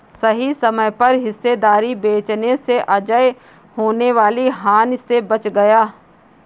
सही समय पर हिस्सेदारी बेचने से अजय होने वाली हानि से बच गया